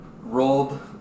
rolled